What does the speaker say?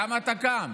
למה אתה קם?